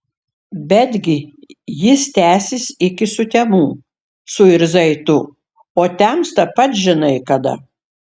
betgi jis tęsis iki sutemų suirzai tu o temsta pats žinai kada